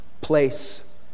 place